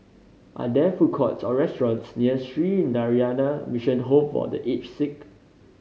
are there food courts or restaurants near Sree Narayana Mission Home for The Aged Sick